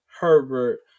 Herbert